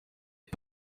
les